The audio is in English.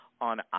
on